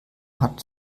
hat